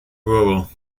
rural